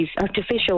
artificial